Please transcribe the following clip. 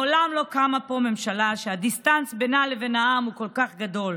מעולם לא קמה פה ממשלה שהדיסטנס בינה לבין העם הוא כל כך גדול.